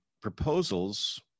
proposals